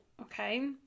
okay